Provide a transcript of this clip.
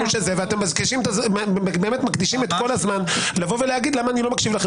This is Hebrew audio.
ואתם מקדישים את כל הזמן לבוא ולהגיד למה אני לא מקשיב לכם